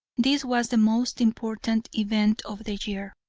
this was the most important event of the year!